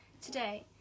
Today